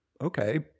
okay